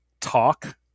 talk